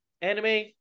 anime